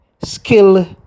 skill